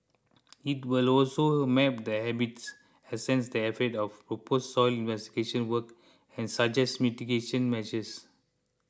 it will also map the habits assess the effects of proposed soil investigation works and suggest mitigating measures